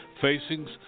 facing